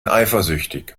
eifersüchtig